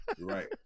Right